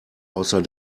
außer